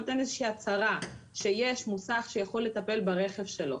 נותן איזושהי הצהרה שיש מוסך שיכול לטפל ברכב שלו.